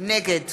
נגד